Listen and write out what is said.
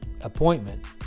appointment